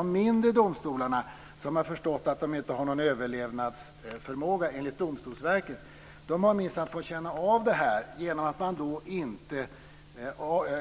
De mindre domstolar som har förstått att de inte har någon överlevnadsförmåga enligt Domstolsverket har minsann fått känna av detta genom att pengar inte